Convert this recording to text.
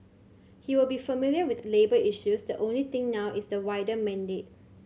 he will be familiar with labour issues the only thing now is the wider mandate